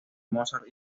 mozart